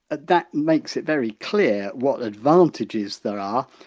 ah that makes it very clear what advantages there are.